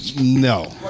No